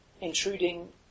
intruding